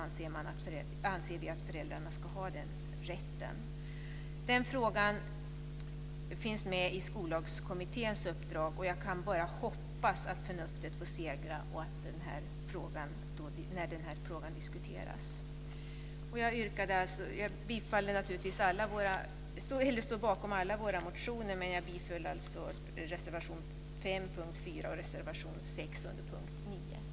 Denna fråga finns med i Skollagskommitténs uppdrag, och jag kan bara hoppas att förnuftet får segra när denna fråga diskuteras. Jag står naturligtvis bakom alla våra reservationer men yrkar bifall till reservation 5 under punkt 4 och reservation 6 under punkt 9.